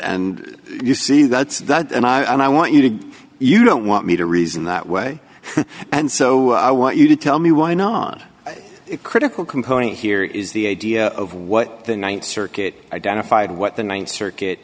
and you see that's that and i want you to you don't want me to reason that way and so i want you to tell me why not a critical component here is the idea of what the th circuit identified what the th circuit